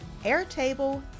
Airtable